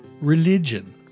religion